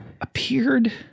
appeared